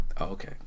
Okay